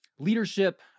leadership